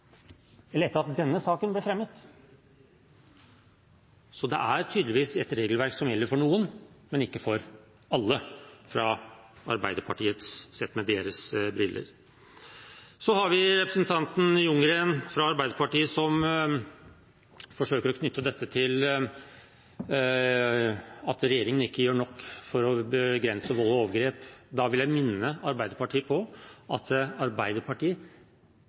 eller lovsaker, alle saker – mens representanten Andersens eget parti har fremmet en sak fra denne talerstol nesten to uker etter den fristen igjen, og etter at denne saken ble fremmet. Det er tydeligvis et regelverk som gjelder for noen, men ikke for alle, sett med Arbeiderpartiets briller. Så har vi representanten Ljunggren, fra Arbeiderpartiet, som forsøker å knytte dette til at regjeringen ikke gjør nok for å begrense